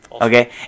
okay